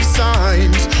signs